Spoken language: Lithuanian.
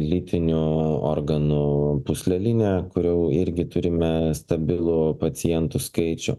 lytinių organų pūslelinė kurių irgi turime stabilų pacientų skaičių